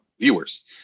viewers